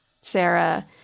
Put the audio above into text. Sarah